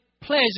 pleasure